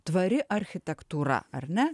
tvari architektūra ar ne